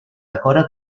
decora